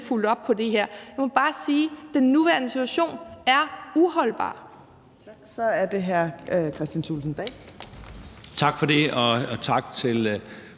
fulgt op på det her. Jeg må bare sige, at den nuværende situation er uholdbar.